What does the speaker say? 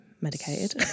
medicated